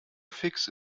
fixe